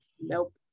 nope